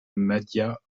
madhya